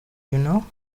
know